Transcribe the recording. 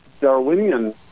Darwinian